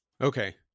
Okay